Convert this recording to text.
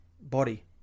body